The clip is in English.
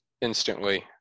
instantly